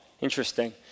interesting